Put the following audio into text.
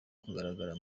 kugaragara